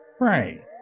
right